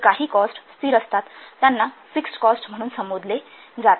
तर काही कॉस्ट स्थिर असतात त्यांना फिक्स्ड कॉस्ट म्हणून संबोधले जाते